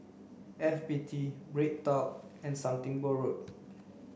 F B T BreadTalk and Something Borrowed